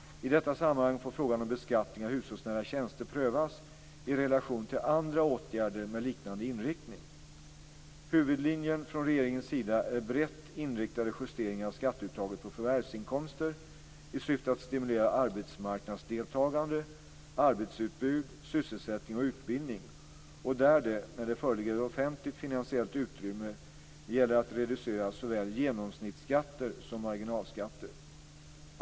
I detta sammanhang får frågan om beskattningen av hushållsnära tjänster prövas i relation till andra åtgärder med liknande inriktning. Huvudlinjen från regeringens sida är brett inriktade justeringar av skatteuttaget på förvärvsinkomster i syfte att stimulera arbetsmarknadsdeltagande, arbetsutbud, sysselsättning och utbildning och där det - när det föreligger ett offentligt-finansiellt utrymme - gäller att reducera såväl genomsnittsskatter som marginalskatter.